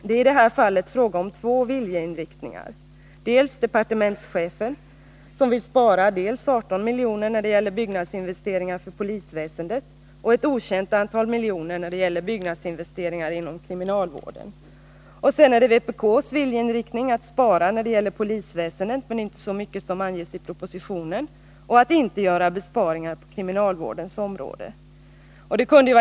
Det är i det här fallet fråga om två viljeinriktningar, dels departementschefens som vill spara 18 milj.kr. när det gäller byggnadsinvesteringar för polisväsendet och ett okänt antal beträffande byggnadsinvesteringar inom kriminalvården, dels vpk:s viljeinriktning att spara när det gäller polisväsendet, men inte så mycket som anges i propositionen och att inte göra besparingar på kriminalvårdens område.